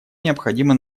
необходимо